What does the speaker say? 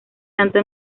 tanto